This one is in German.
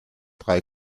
drei